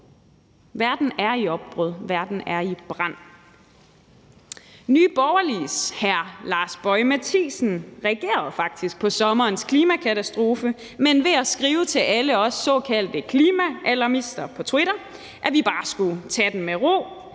Verden er i opbrud, verden er i brand. Nye Borgerliges hr. Lars Boje Mathiesen reagerede faktisk på sommerens klimakatastrofe, men det var ved at skrive til alle os såkaldte klimaalarmister på Twitter, at vi bare skulle tage den med ro,